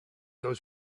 those